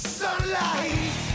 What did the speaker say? sunlight